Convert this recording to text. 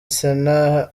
sena